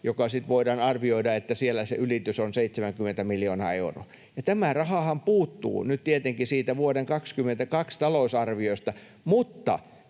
jolloin voidaan arvioida, että siellä se ylitys on 70 miljoonaa euroa. Ja tämä rahahan puuttuu nyt tietenkin siitä vuoden 22 talousarviosta, mutta